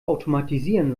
automatisieren